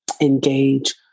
engage